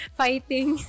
fighting